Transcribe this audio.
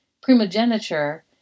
primogeniture